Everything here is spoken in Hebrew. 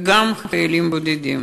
וגם בחיילים בודדים,